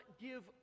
give